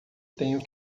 tenho